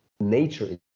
nature